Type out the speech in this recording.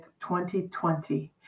2020